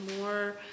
more